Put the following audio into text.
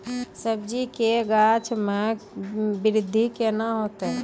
सब्जी के गाछ मे बृद्धि कैना होतै?